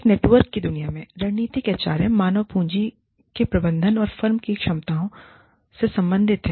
एक नेटवर्क की दुनिया में रणनीतिक एचआरएम मानव पूंजी के प्रबंधन और फर्म की क्षमताओं से संबंधित है